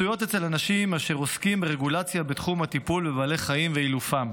מצויות אצל אנשים אשר עוסקים ברגולציה בתחום הטיפול בבעלי חיים ואילופם.